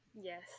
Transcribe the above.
Yes